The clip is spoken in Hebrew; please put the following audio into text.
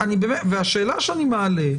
והשאלה שאני מעלה,